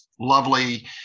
lovely